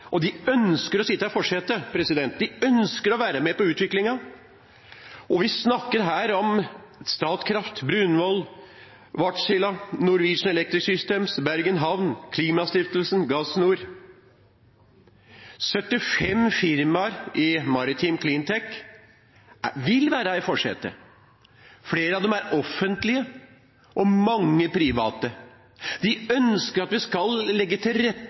De ønsker å være med på utviklingen. Vi snakker her om bl.a. Statkraft, Brunvoll, Wärtsilä, Norwegian Electric Systems, Bergen havn, Klimastiftelsen og Gasnor. Syttifem firmaer i Maritime CleanTech vil være i forsetet. Flere av dem er offentlige, og mange er private. De ønsker at vi skal legge til rette